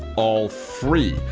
all free.